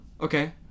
okay